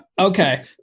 okay